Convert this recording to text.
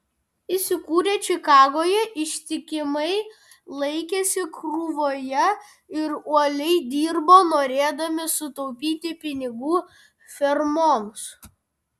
įsikūrę čikagoje ištikimai laikėsi krūvoje ir uoliai dirbo norėdami sutaupyti pinigų fermoms